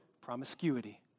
promiscuity